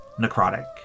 necrotic